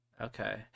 Okay